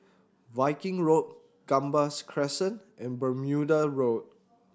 Viking Road Gambas Crescent and Bermuda Road